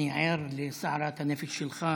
אני ער לסערת הנפש שלך,